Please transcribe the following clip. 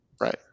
Right